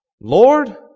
Lord